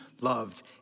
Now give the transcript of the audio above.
loved